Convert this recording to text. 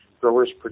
growers